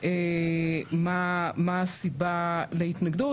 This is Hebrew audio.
מה הסיבה להתנגדות.